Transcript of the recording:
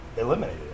eliminated